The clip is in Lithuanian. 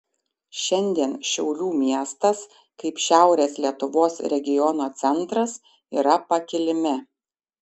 šiandien šiaulių miestas kaip šiaurės lietuvos regiono centras yra pakilime